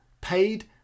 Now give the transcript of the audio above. paid